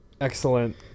Excellent